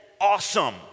awesome